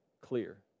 clear